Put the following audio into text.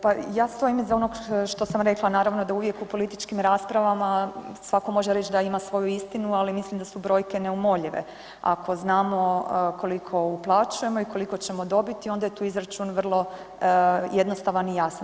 Pa ja stojim iza onog što sam rekla, naravno da uvijek u političkim raspravama svako može reć da ima svoju istinu, ali mislim da su brojke neumoljive ako znamo koliko uplaćujemo i koliko ćemo dobiti onda je tu izračun vrlo jednostavan i jasan.